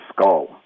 skull